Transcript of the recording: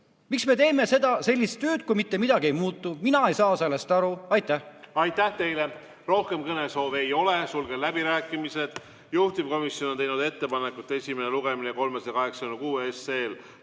Miks me teeme seda tööd, kui mitte midagi ei muutu? Mina ei saa sellest aru. Aitäh! Aitäh teile! Rohkem kõnesoove ei ole. Sulgen läbirääkimised. Juhtivkomisjon on teinud ettepaneku 386 SE esimene lugemine lõpetada.